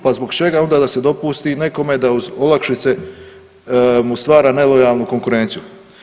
Pa zbog čega onda da se dopusti nekome da uz olakšice mu stvara nelojalnu konkurenciju?